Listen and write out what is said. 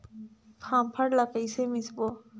फाफण ला कइसे मिसबो?